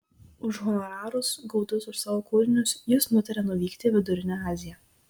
už honorarus gautus už savo kūrinius jis nutarė nuvykti į vidurinę aziją